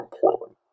Portland